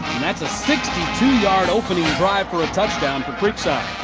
that's a sixty two yard opening drive for a touchdown for creekside.